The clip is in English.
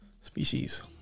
species